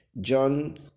John